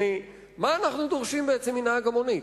מה אנו דורשים מנהג המונית?